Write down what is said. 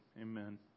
Amen